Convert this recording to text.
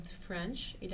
French